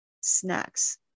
snacks